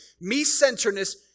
me-centeredness